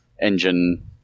engine